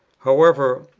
however,